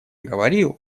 говорил